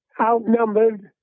outnumbered